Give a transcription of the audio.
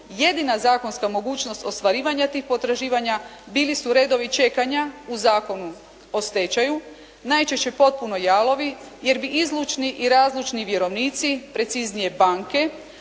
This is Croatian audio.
jedina zakonska mogućnost ostvarivanja tih potraživanja bili su redovi čekanja u Zakonu o stečaju najčešće potpuno jalovi, jer bi izlučni i razlučni vjerovnici, preciznije banke,